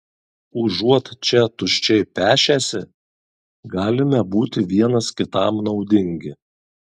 užuot čia tuščiai pešęsi galime būti vienas kitam naudingi